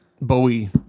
Bowie